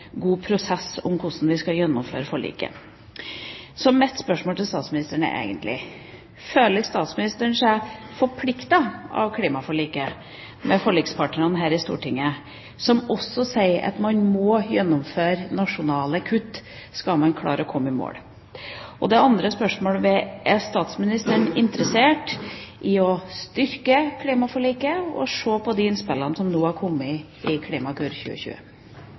god prosess om hvordan vi skal gjennomføre forliket. Mitt spørsmål til statsministeren er: Føler statsministeren seg forpliktet av klimaforliket med forlikspartnerne her i Stortinget, som også sier at man må gjennomføre nasjonale kutt om man skal klare å komme i mål? Det andre spørsmålet mitt er: Er statsministeren interessert i å styrke klimaforliket og se på innspillene som er kommet i Klimakur 2020?